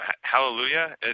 Hallelujah